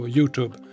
Youtube